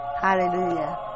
hallelujah